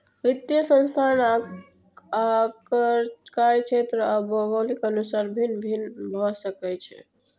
वित्तीय संस्थान आकार, कार्यक्षेत्र आ भूगोलक अनुसार भिन्न भिन्न भए सकै छै